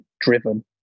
driven